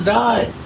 die